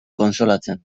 kontsolatzen